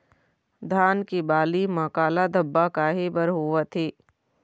धान के बाली म काला धब्बा काहे बर होवथे?